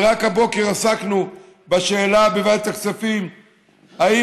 ורק הבוקר עסקנו בוועדת הכספים בשאלה אם